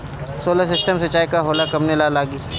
Solar system सिचाई का होला कवने ला लागी?